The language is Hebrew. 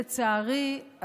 לצערי,